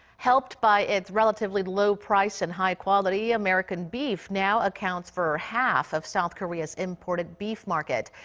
helped by its relatively low price and high quality. american beef now accounts for half of south korea's imported beef market.